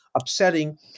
upsetting